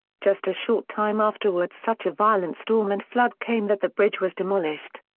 just a short time afterwards such a violent storm and flood came that the bridge was demolished.